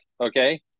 okay